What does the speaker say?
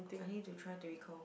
I need to try to recall